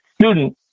student